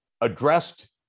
addressed